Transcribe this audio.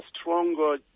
stronger